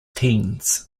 teens